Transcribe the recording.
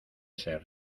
ser